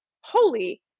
holy